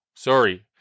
Sorry